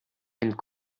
and